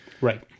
Right